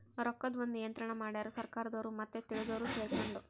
ರೊಕ್ಕದ್ ಒಂದ್ ನಿಯಂತ್ರಣ ಮಡ್ಯಾರ್ ಸರ್ಕಾರದೊರು ಮತ್ತೆ ತಿಳ್ದೊರು ಸೆರ್ಕೊಂಡು